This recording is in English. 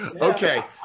Okay